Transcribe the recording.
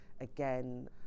Again